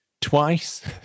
twice